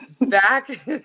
back